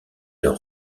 leur